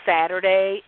Saturday